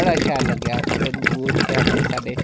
बड़ा शैल लग्गेआ जदूं ओह् इत्थे आंदे न साढ़े